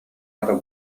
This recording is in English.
other